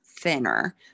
thinner